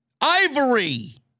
Ivory